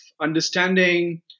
understanding